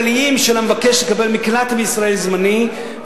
מה התנאים הכלכליים של המבקש לקבל מקלט זמני בישראל,